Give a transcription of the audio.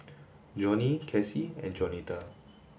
Johnny Casie and Jaunita